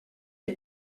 est